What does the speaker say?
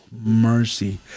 mercy